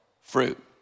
fruit